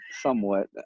somewhat